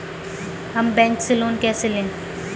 हम बैंक से लोन कैसे लें?